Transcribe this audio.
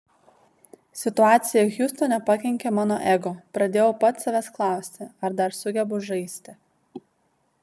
situacija hjustone pakenkė mano ego pradėjau pats savęs klausti ar dar sugebu žaisti